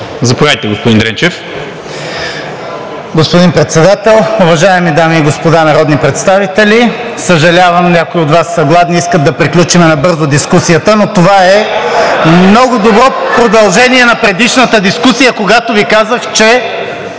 ДРЕНЧЕВ (ВЪЗРАЖДАНЕ): Господин Председател, уважаеми дами и господа народни представители! Съжалявам, някои от Вас са гладни, искат да приключим набързо дискусията, но това е много добро продължение на предишната дискусия, когато Ви казах, че